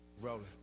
rolling